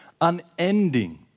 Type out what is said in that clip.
Unending